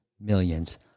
millions